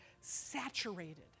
saturated